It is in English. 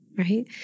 Right